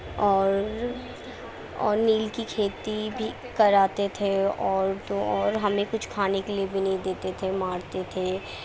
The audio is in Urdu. اور اور نیل کی کھیتی بھی کراتے تھے اور تو اور ہمیں کچھ کھانے کے لیے بھی نہیں دیتے تھے مارتے تھے